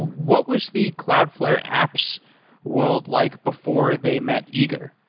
what was the cloudflare apps world like before they met eager?